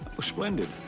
Splendid